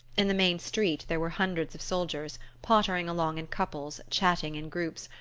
in the main street there were hundreds of soldiers, pottering along in couples, chatting in groups,